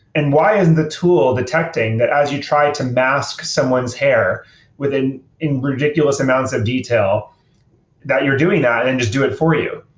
and why isn't the tool detecting that as you try to mask someone's hair within ridiculous amounts of detail that you're doing that and just do it for you?